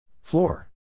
Floor